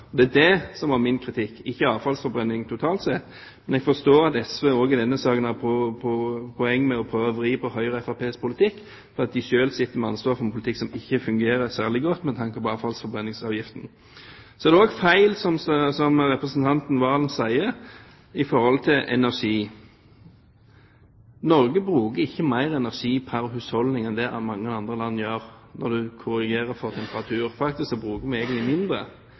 et helt annet CO2-regnskap. Det var det som var min kritikk, og ikke avfallsforbrenning totalt sett, men jeg forstår at SV også i denne saken gjør et poeng ut av å prøve å vri på Høyres og Fremskrittspartiets politikk, fordi de selv sitter med ansvaret for en politikk som ikke fungerer særlig godt, med tanke på avfallsforbrenningsavgiften. Det er også feil det som representanten Serigstad Valen sier om energi. Norge bruker ikke mer energi pr. husholdning enn det mange andre land gjør, når en korrigerer for temperatur. Faktisk bruker vi egentlig mindre.